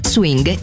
Swing